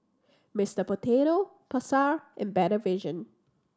Mister Potato Pasar and Better Vision